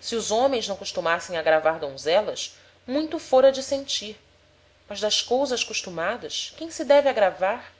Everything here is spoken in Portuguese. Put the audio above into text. se os homens não costumassem agravar donzelas muito fôra de sentir mas das cousas costumadas quem se deve agravar